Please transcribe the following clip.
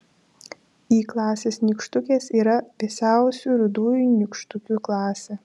y klasės nykštukės yra vėsiausių rudųjų nykštukių klasė